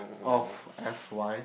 of S_Y